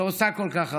שעושה כל כך הרבה.